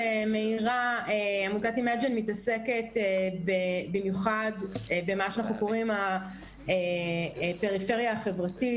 עמותת אימג'ן מתעסקת במיוחד במה שאנחנו קוראים הפריפריה החברתית.